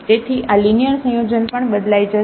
તેથી આ લિનિયર સંયોજન પણ બદલાઈ જશે